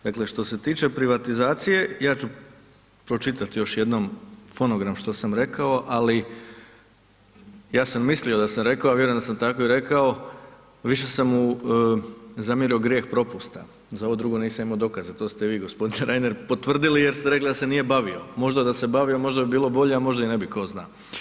Dakle, što se tiče privatizacije, ja ću pročitati još jednom fonogram što sam rekao, ali ja sam mislio da sam rekao, vjerujem da sam tako i rekao, više sam zamjerio mu grijeh propusta, za ovo drugo nisam imao dokaza, to ste i vi g. Reiner potvrdili jer ste rekli da se nije bavio, možda da se bavio, možda bi bilo bolje a možda i ne bi, tko zna.